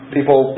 People